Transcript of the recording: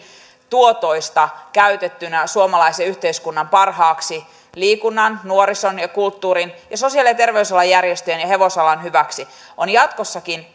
tuotoista käytettynä suomalaisen yhteiskunnan parhaaksi liikunnan nuorison kulttuurin sosiaali ja terveysalan järjestöjen ja hevosalan hyväksi on jatkossakin